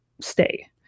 stay